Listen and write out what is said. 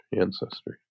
ancestry